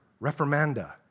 Reformanda